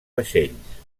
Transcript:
vaixells